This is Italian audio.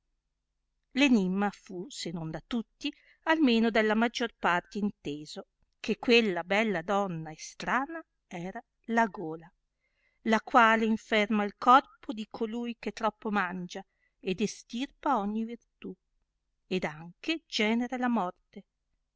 l'enimma fu se non da tutti almeno dalla maggior parte inteso che quella bella donna e strana era la gola la quale inferma il corpo di colui che troppo mangia ed estirpa ogni virtù ed anche genera la morte